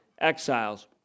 exiles